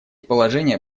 положения